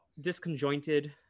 disconjointed